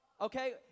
Okay